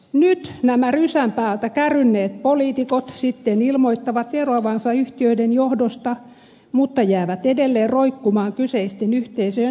nyt nämä rysän päältä kärynneet poliitikot sitten ilmoittavat eroavansa yhtiöiden johdosta mutta jäävät edelleen roikkumaan kyseisten yhteisöjen hallintoelimiin